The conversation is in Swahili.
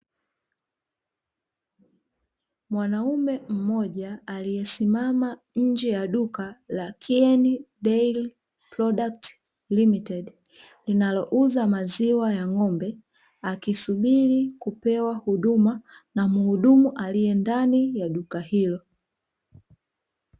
Mwanaume mmoja aliesimama nje ya duka la dairy kein product limited. Linalouza maziwa ya ng'ombe. Akisubiri kupewa huduma na mhudumu alie ndani ya duka hilo.